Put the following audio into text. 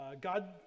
god